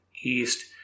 East